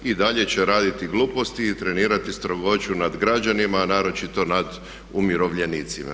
I dalje će raditi gluposti i trenirati strogoću nad građanima, a naročito nad umirovljenicima.